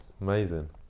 amazing